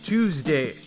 Tuesday